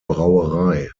brauerei